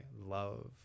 love